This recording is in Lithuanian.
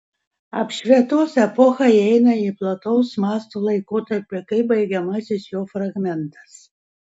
apšvietos epocha įeina į plataus masto laikotarpį kaip baigiamasis jo fragmentas